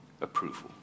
approval